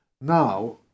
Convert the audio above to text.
Now